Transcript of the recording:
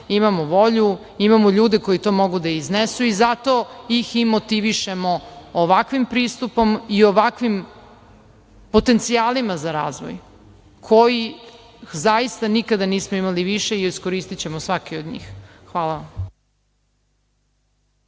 imamo volju, imamo ljude koji to mogu da iznesu i zato ih i motivišemo ovakvim pristupom i ovakvim potencijalima za razvoj kojih nikada nismo imali više i iskoristićemo svaki od njih. Hvala.